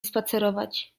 spacerować